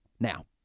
Now